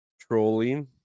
trolling